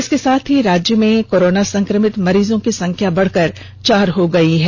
इसके साथ ही राज्य में कोरोना संक्रमित मरीजों की संख्या बढकर चार हो गयी है